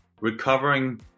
recovering